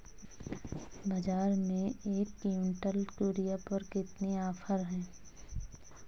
बाज़ार में एक किवंटल यूरिया पर कितने का ऑफ़र है?